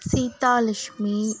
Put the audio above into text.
Seethalakshmi